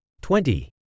twenty